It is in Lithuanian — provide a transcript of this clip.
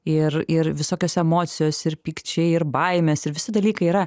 ir ir visokios emocijos ir pykčiai ir baimės ir visi dalykai yra